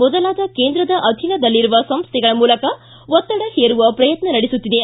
ಮೊದಲಾದ ಕೇಂದ್ರದ ಅಧೀನದಲ್ಲಿರುವ ಸಂಸ್ಥೆಗಳ ಮೂಲಕ ಒತ್ತಡ ಹೇರುವ ಪ್ರಯತ್ನ ನಡೆಸುತ್ತಿದೆ